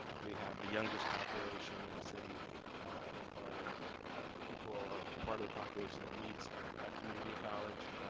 we have the youngest population in the city as far as as people are part of the population that needs a community college.